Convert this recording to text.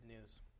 news